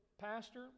Pastor